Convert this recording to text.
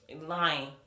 lying